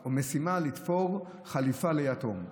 או משימה לתפור חליפה ליתום.